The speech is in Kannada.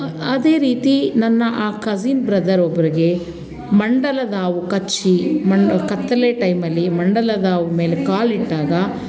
ಅದೇ ರೀತಿ ನನ್ನ ಆ ಕಝಿನ್ ಬ್ರದರ್ ಒಬ್ಬರಿಗೆ ಮಂಡಲದ ಹಾವು ಕಚ್ಚಿ ಮಂಡ್ ಕತ್ತಲೆ ಟೈಮಲ್ಲಿ ಮಂಡಲದ ಹಾವು ಮೇಲೆ ಕಾಲಿಟ್ಟಾಗ